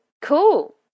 Cool